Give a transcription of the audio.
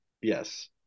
Yes